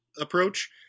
approach